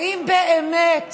האם באמת